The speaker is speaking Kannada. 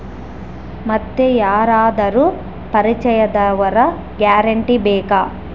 ಮತ್ತೆ ಯಾರಾದರೂ ಪರಿಚಯದವರ ಗ್ಯಾರಂಟಿ ಬೇಕಾ?